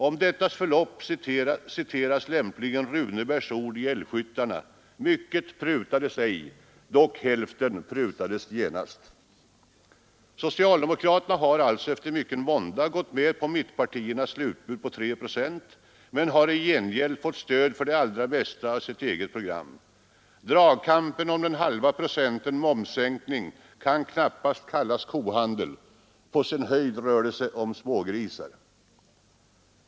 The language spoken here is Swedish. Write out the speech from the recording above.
Om dettas förlopp citeras lämpligen Runebergs ord i Älgskyttarna: ”Mycket prutades ej, dock hälften prutades genast.” Socialdemokraterna har alltså efter mycken vånda gått med på mittenpartiernas slutbud på 3 procent, men har i gengäld fått stöd för det allra mesta av sitt eget program. Dragkampen om den halva procenten momssänkning kan knappast kallas kohandel — på sin höjd rör det sig om smågrisar.